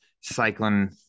cycling